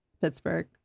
Pittsburgh